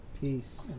Peace